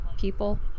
people